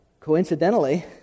coincidentally